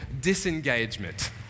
disengagement